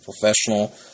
professional